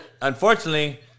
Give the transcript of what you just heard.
Unfortunately